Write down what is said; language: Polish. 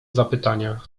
zapytania